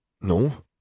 No